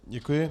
Děkuji.